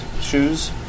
shoes